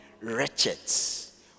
wretches